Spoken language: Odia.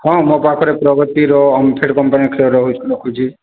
ହଁ ମୋ ପାଖରେ ପ୍ରଗତିର ଓମଫେଡ କମ୍ପାନୀ କ୍ଷୀର ରହୁଛି ରଖୁଛି